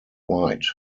white